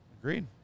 Agreed